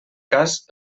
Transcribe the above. cas